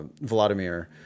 Vladimir